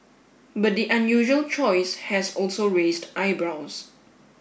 but the unusual choice has also raised eyebrows